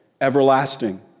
everlasting